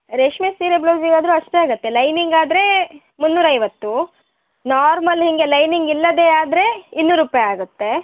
ರೇಷ್ಮೆ ಸೀರೆ ಬ್ಲೌಸಿಗೆ ಆದರು ಅಷ್ಟೆ ಆಗುತ್ತೆ ಲೈನಿಂಗ್ ಆದರೆ ಮುನ್ನೂರ ಐವತ್ತು ನಾರ್ಮಲ್ ಹೀಗೆ ಲೈನಿಂಗ್ ಇಲ್ಲದೆ ಆದರೆ ಇನ್ನೂರು ರೂಪಾಯಿ ಆಗುತ್ತೆ